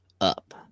up